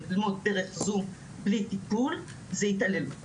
ללמוד דרך זום בלי טיפול זו התעללות